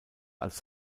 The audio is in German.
als